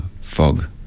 fog